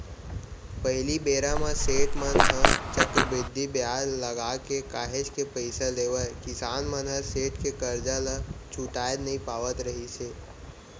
पहिली बेरा म सेठ मन ह चक्रबृद्धि बियाज लगाके काहेच के पइसा लेवय किसान मन ह सेठ के करजा ल छुटाएच नइ पावत रिहिस हे